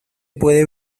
puede